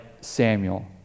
Samuel